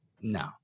no